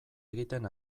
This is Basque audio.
egiten